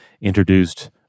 introduced